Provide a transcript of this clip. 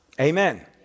Amen